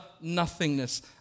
nothingness